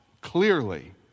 Clearly